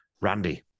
Randy